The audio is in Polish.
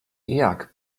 jak